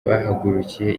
bahagurukiye